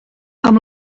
amb